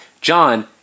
John